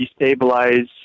destabilize